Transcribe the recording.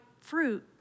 fruit